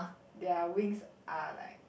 their wings are like